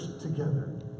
together